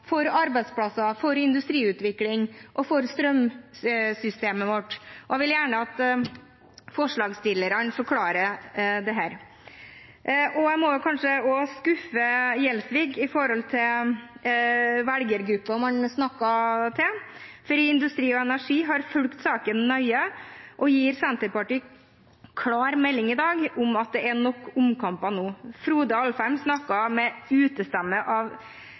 for arbeidsplasser, for industriutvikling og for strømsystemet vårt, og jeg vil gjerne at forslagsstillerne forklarer dette. Jeg må kanskje også skuffe Gjelsvik med tanke på velgergruppen man snakker til, for Industri Energi har fulgt saken nøye og gir i dag Senterpartiet klar melding om at det er nok omkamper nå. Frode Alfheim snakket med utestemme